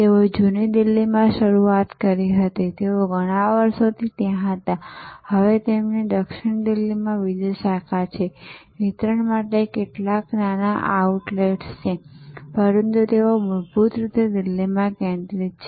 તેઓએ જૂની દિલ્હીમાં શરૂઆત કરી તેઓ ઘણા વર્ષોથી ત્યાં હતા હવે તેમની દક્ષિણ દિલ્હીમાં બીજી શાખા છે વિતરણ માટે કેટલાક નાના આઉટલેટ્સ છે પરંતુ તેઓ મૂળભૂત રીતે દિલ્હીમાં કેન્દ્રિત છે